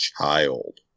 child